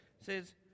says